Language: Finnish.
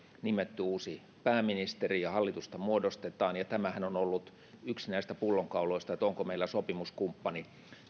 nimetty uusi pääministeri ja hallitusta muodostetaan ja tämähän on ollut yksi näistä pullonkauloista onko meillä sopimuskumppani